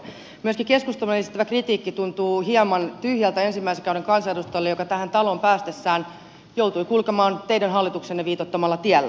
myöskin keskustan esittämä kritiikki tuntuu hieman tyhjältä ensimmäisen kauden kansanedustajalle joka tähän taloon päästessään joutui kulkemaan teidän hallituksenne viitoittamalla tiellä